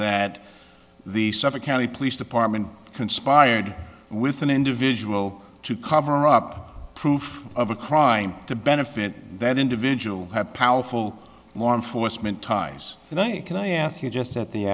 that the suffolk county police department conspired with an individual to cover up proof of a crime to benefit that individual had powerful law enforcement times and i can i ask you just at the